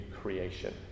creation